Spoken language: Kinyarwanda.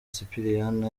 sipiriyani